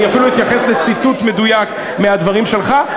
אני אפילו אתייחס לציטוט מדויק מהדברים שלך,